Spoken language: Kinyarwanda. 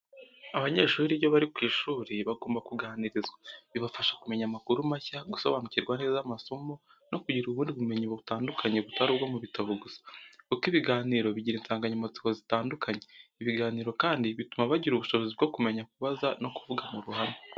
Abanyeshuri iyo bari ku ishuri, bagomba kuganirizwa. Bibafasha kumenya amakuru mashya, gusobanukirwa neza amasomo, no kugira ubundi ubumenyi butandukanye butari ubwo mu bitabo gusa, kuko ibiganiro bigira insanganyamatsiko zitandukanye. Ibiganiro kandi bituma bagira ubushobozi bwo kumenya kubaza no kuvugira mu ruhame.